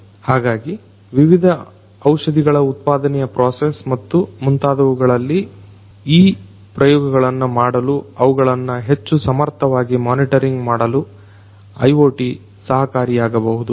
ಹಾಗಾಗಿ ವಿವಿಧ ಔಷಧಿಗಳ ಉತ್ಪಾದನೆಯ ಪ್ರೊಸೆಸ್ ಮತ್ತು ಮುಂತಾದವುಗಳಲ್ಲಿ ಈ ಪ್ರಯೋಗಗಳನ್ನ ಮಾಡಲು ಅವುಗಳನ್ನ ಹೆಚ್ಚು ಸಮರ್ಥವಾಗಿ ಮೊನಿಟರಿಂಗ್ ಮಾಡಲು IoT ಸಹಕಾರಿಯಾಗಬಹುದು